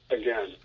again